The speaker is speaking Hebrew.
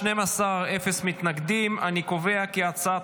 ככה,